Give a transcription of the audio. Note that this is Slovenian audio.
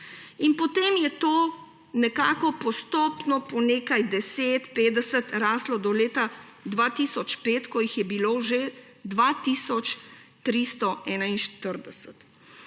potem je to nekako postopno po nekaj 10, 50 raslo do leta 2005, ko jih je bilo že 2